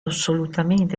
assolutamente